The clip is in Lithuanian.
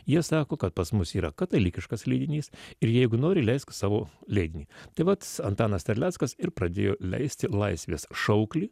jie sako kad pas mus yra katalikiškas leidinys ir jeigu nori leisk savo leidinį tai vat antanas terleckas ir pradėjo leisti laisvės šauklį